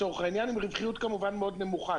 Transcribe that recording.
עם רווחיות מאוד נמוכה.